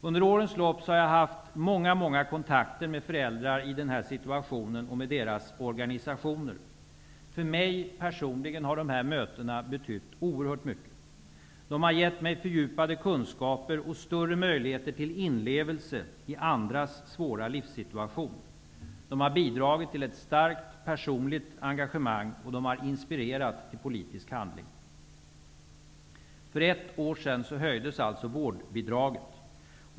Under årens lopp har jag haft många kontakter med föräldrar i den här situationen och med deras organisationer. För mig personligen har de här mötena betytt oerhört mycket. De har givit mig fördjupade kunskaper och större möjligheter till inlevelse i andras svåra livssituation. De har bidragit till ett starkt personligt engagemang och inspirerat till politisk handling. För ett år sedan höjdes alltså vårdbidraget.